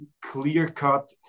clear-cut